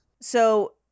So-